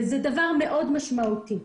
זה דבר מאוד משמעותי.